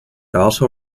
also